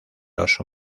oso